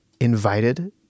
Invited